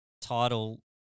title